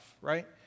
right